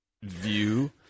view